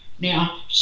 Now